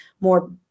more